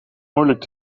moeilijk